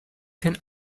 can